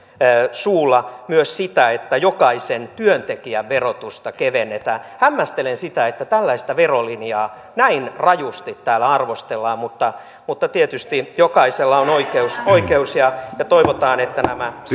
suulla myös sitä että jokaisen työntekijän verotusta kevennetään hämmästelen sitä että tällaista verolinjaa näin rajusti täällä arvostellaan mutta mutta tietysti jokaisella on oikeus oikeus ja ja toivotaan että nämä